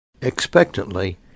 expectantly